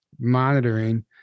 monitoring